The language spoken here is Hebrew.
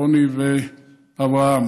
רוני ואברהם.